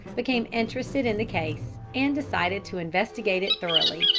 became interested in the case, and decided to investigate it thoroughly.